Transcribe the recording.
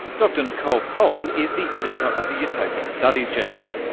dr nicole pohl is the editor of the utopian studies journal.